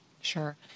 Sure